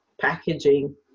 packaging